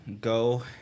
go